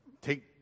Take